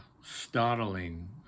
startling